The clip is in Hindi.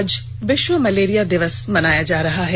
आज विश्व मलेरिया दिवस मनाया जा रहा है